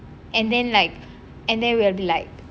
and then like and there will be like